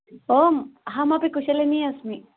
ओ अहमपि कुशलिनी अस्मि